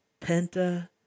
Penta